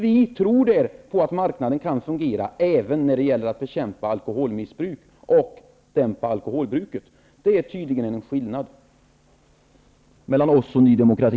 Vi tror på att marknaden kan fungera även när det gäller att bekämpa alkoholmissbruket och dämpa alkoholbruket. Det är tydligen en skillnad mellan oss och Ny demokrati.